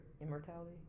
immortality